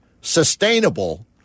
sustainable